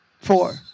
Four